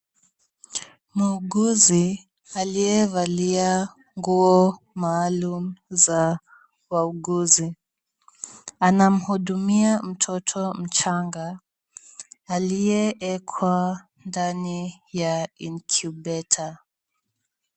Muuguzi aliyevalia nguo maalum za wauguzi anamhudumia mtoto mchanga aliyeekwa ndani ya incubator .